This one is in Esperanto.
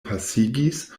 pasigis